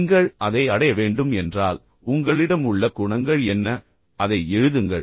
நீங்கள் அதை அடைய வேண்டும் என்றால் உங்களிடம் உள்ள குணங்கள் என்ன அதை எழுதுங்கள்